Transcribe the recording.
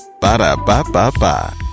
Ba-da-ba-ba-ba